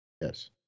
Yes